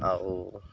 ଆଉ